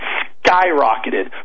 skyrocketed